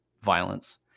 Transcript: violence